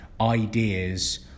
ideas